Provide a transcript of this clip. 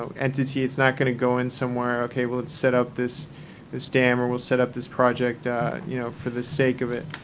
so entity. it's not going to go in somewhere ok, well, let's set up this this dam or let's set up this project you know for the sake of it.